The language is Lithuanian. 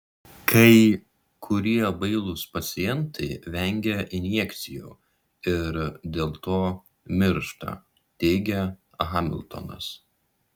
kai kurie bailūs pacientai vengia injekcijų ir dėl to miršta teigia hamiltonas